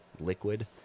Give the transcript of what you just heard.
Liquid